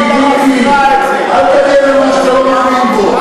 מיקי, מיקי, אל תגן על משהו שאתה לא מאמין בו.